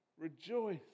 Rejoice